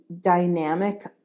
dynamic